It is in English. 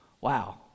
Wow